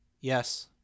Yes